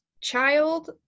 child